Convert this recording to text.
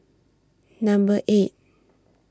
Number eight